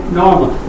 normal